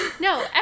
No